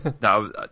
no